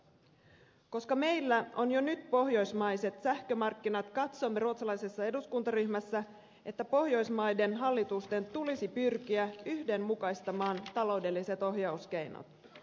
koska meillä on jo nyt pohjoismaiset sähkömarkkinat katsomme ruotsalaisessa eduskuntaryhmässä että pohjoismaiden hallitusten tulisi pyrkiä yhdenmukaistamaan taloudelliset ohjauskeinot